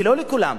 ולא בכולם.